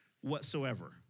whatsoever